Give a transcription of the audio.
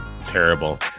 terrible